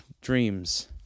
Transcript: dreams